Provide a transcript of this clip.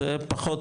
זה פחות,